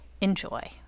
Enjoy